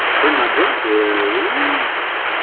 her number is